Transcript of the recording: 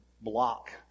block